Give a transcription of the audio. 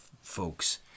folks